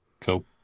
cool